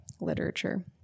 literature